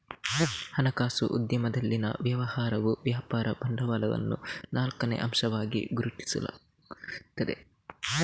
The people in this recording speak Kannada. ಹಣಕಾಸು ಉದ್ಯಮದಲ್ಲಿನ ವ್ಯವಹಾರವು ವ್ಯಾಪಾರ ಬಂಡವಾಳವನ್ನು ನಾಲ್ಕನೇ ಅಂಶವಾಗಿ ಗುರುತಿಸುತ್ತದೆ